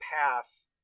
path